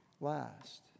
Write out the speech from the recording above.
last